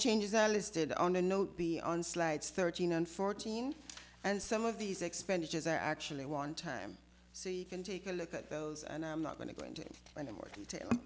changes are listed on a note be on slides thirteen and fourteen and some of these expenditures are actually one time so you can take a look at those and i'm not going to go into it in a more detail